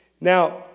Now